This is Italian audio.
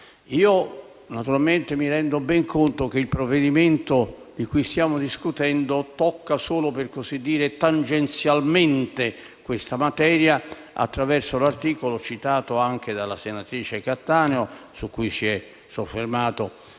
Naturalmente mi rendo ben conto che il provvedimento di cui stiamo discutendo tocca solo tangenzialmente questa materia, attraverso l'articolo citato anche dalla senatrice Cattaneo, e su cui si è soffermato